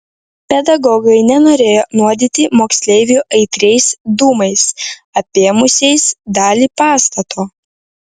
pedagogai nenorėjo nuodyti moksleivių aitriais dūmais apėmusiais dalį pastato